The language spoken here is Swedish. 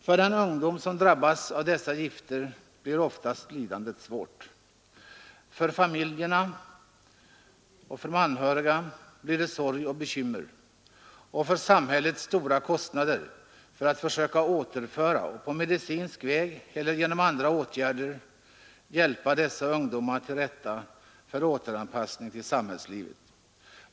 För den ungdom som drabbas av dessa gifter blir lidandet ofta mycket svårt. För familjerna och för de anhöriga blir det sorg och bekymmer, och samhället åsamkas stora kostnader för att försöka återföra och på medicinsk väg eller genom andra åtgärder hjälpa ungdomarna att återanpassa sig till samhällslivet.